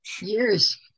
years